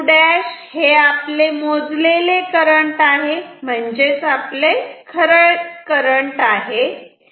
I2' हे आपले मोजलेले करंट आहे म्हणजे खरे करंट आहे